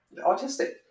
autistic